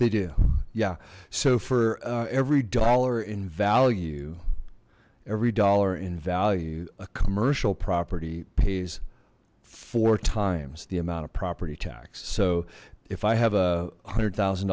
they do yeah so for every dollar in value every dollar in value a commercial property pays four times the amount of property tax so if i have one hundred thousand